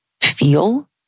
feel